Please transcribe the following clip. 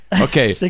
okay